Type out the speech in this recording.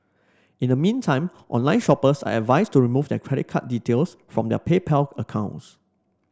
in the meantime online shoppers are advised to remove their credit card details from their PayPal accounts